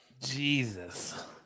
Jesus